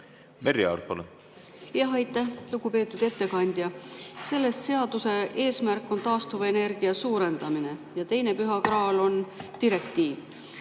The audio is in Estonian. solvab väga. Jah, aitäh! Lugupeetud ettekandja! Selle seaduse eesmärk on taastuvenergia suurendamine ja teine püha graal on direktiiv.